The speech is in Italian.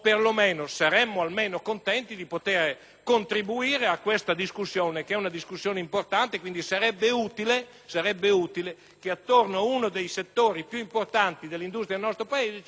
contribuire a questa discussione, che è importante. Sarebbe utile, quindi, che attorno a uno dei settori più importanti dell'industria del nostro Paese ci fosse un confronto e un dibattito.